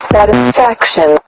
Satisfaction